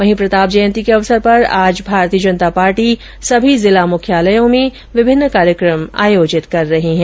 वहीं प्रताप जयंती के अवसर पर आज भारतीय जनता पार्टी भाजपा सभी जिला मुख्यालयों में विभिन्न कार्यक्रम आयोजित कर रही है